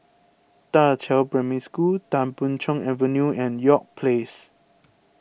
Da Qiao Primary School Tan Boon Chong Avenue and York Place